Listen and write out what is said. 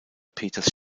peters